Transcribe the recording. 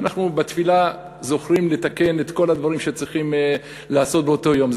אנחנו בתפילה זוכרים לתקן את כל הדברים שצריכים לעשות באותו יום,